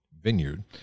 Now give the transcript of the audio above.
Vineyard